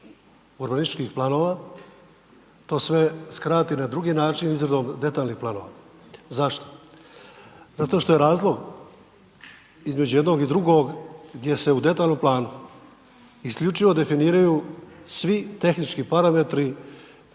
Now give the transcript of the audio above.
urbanističkih planova to sve skrati na drugi način izradom detaljnih planova. Zašto? Zato što je razlog između jednog i drugog gdje se u detaljnom planu isključivo definiraju svi tehnički parametri